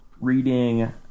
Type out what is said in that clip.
reading